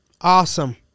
Awesome